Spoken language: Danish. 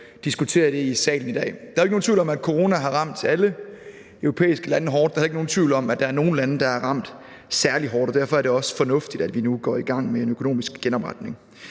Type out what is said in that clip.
diskutere det i salen i dag. Der er ikke nogen tvivl om, at corona har ramt alle europæiske lande hårdt. Der er heller ikke nogen tvivl om, at der er nogle lande, der er ramt særlig hårdt, og derfor er det også fornuftigt, at vi nu går i gang med en økonomisk genopretning.